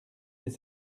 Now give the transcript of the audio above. des